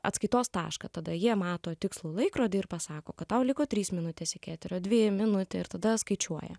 atskaitos tašką tada jie mato tikslų laikrodį ir pasako kad tau liko trys minutės iki eterio dvi minutė ir tada skaičiuoja